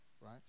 right